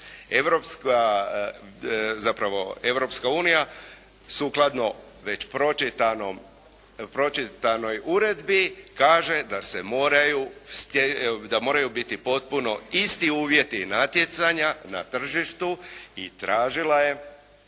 Europska unija sukladno već pročitanoj uredbi kaže da moraju biti potpuno isti uvjeti natjecanja na tržištu. I tražila je